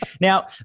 Now